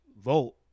vote